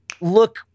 look